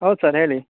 ಹೌದು ಸರ್ ಹೇಳಿ